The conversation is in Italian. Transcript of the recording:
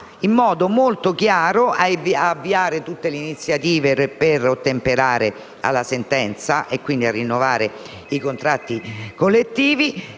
in modo molto chiaro di avviare tutte le iniziative per ottemperare alla sentenza rinnovando i contratti collettivi